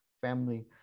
family